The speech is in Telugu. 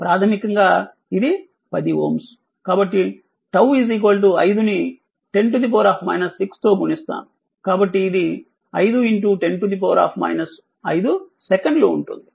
కాబట్టి ప్రాథమికంగా ఇది 10 Ω కాబట్టి 𝜏 5 ని 10 6 తో గుణిస్తాను కాబట్టి ఇది 510 5 సెకన్లు ఉంటుంది